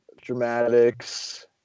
Dramatics